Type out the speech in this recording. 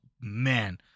man